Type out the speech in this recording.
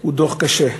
הוא דוח קשה.